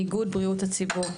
מאיגוד בריאות הציבור,